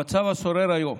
במצב השורר היום,